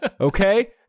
Okay